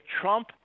Trump